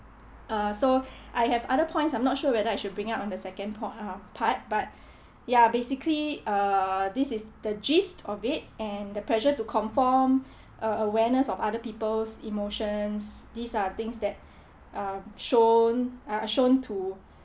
uh so I have other points I'm not sure whether I should bring it out on the second poin~ uh part but ya basically err this is the gist of it and the pressure to conform uh awareness of other people's emotions these are things that uh shown uh shown to